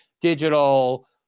digital